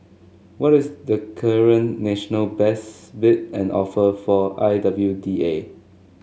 what is the current national best bid and offer for I W D A